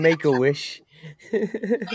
make-a-wish